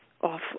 off